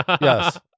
Yes